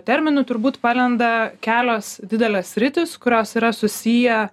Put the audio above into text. terminu turbūt palenda kelios didelės sritys kurios yra susiję